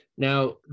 Now